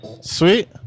sweet